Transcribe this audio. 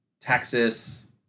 Texas